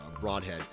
broadhead